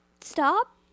stop